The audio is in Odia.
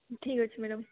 ଠିକ୍ ଅଛି ମ୍ୟାଡ଼ମ୍